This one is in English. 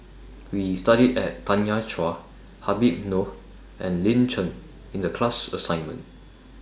We studied about Tanya Chua Habib Noh and Lin Chen in The class assignment